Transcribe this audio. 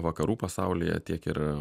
vakarų pasaulyje tiek ir